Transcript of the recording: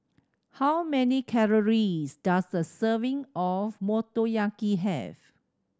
how many calories does a serving of Motoyaki have